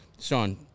Sean